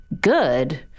good